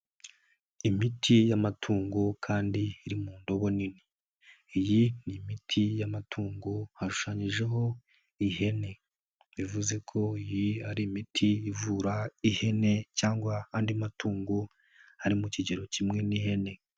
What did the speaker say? Imiti y'amatungo kandi iri mu ndobo nini iyi ni imiti y'amatungo hashushanyijeho ihene. Bivuze ko iyi ari imiti ivura ihene cyangwa andi matungo ari mu kigero kimwe n'ihene.